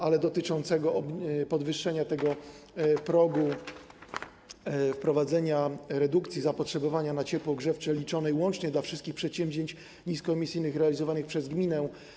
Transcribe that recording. Wniosek dotyczył podwyższenia tego progu wprowadzenia redukcji zapotrzebowania na ciepło grzewcze liczonej łącznie dla wszystkich przedsięwzięć niskoemisyjnych realizowanych przez gminę.